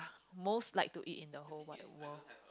most like to eat in the whole wide world